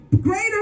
greater